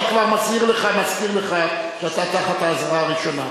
אני מזכיר לך שאתה כבר תחת האזהרה הראשונה.